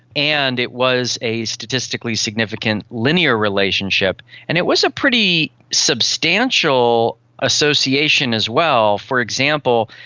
and it was a statistically significant linear relationship. and it was a pretty substantial association as well. for example,